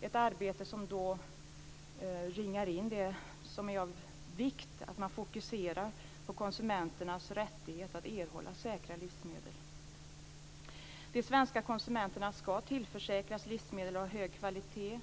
Det är ett arbete som ringar in det som är av vikt, nämligen att man fokuserar på konsumenternas rättigheter att erhålla säkra livsmedel. De svenska konsumenterna ska tillförsäkras livsmedel av hög kvalitet,